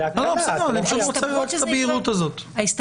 בסדר, אני פשוט רוצה לראות את הבהירות הזאת.